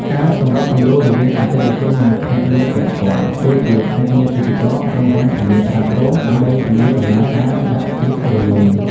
ការសម្របសម្រួលរវាងអតិថិជន និងភ្នាក់ងារពាក់ព័ន្ធ ដូចជាភ្នាក់ងារទេសចរណ៍ ក្រុមហ៊ុនធានារ៉ាប់រង ដើម្បីធានាដំណើរការដាក់ពាក្យរលូន។